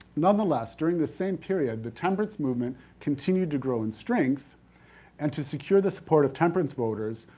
nevertheless, during the same period, the temperance movement continued to grow in strength and to secure the support of temperance voters,